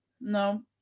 no